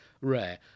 rare